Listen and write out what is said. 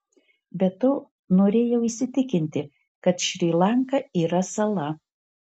be to norėjau įsitikinti kad šri lanka yra sala